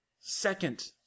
second